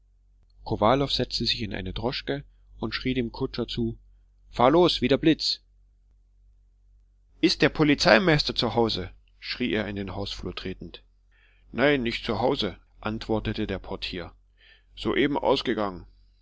kowalow setzte sich in eine droschke und schrie dem kutscher zu fahr los wie der blitz ist der polizeimeister zu hause schrie er in den hausflur tretend nein nicht zu hause antwortete der portier soeben ausgegangen